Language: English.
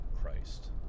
Christ